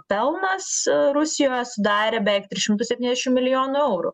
pelnas rusijoje sudarė beveik tris šimtus septyniasdešim milijonų eurų